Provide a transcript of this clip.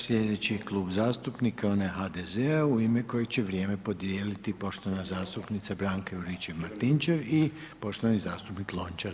Slijedeći klub zastupnika onaj HDZ-a u ime kojeg će vrijeme podijeliti poštovana zastupnica Branka Juričev-Martinčev i poštovani zastupnik Lončar.